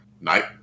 Night